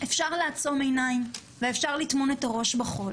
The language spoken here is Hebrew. אפשר לעצום עיניים, ואפשר לטמון את הראש בחול,